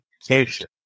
education